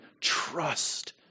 trust